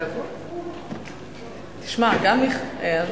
שמע, כן.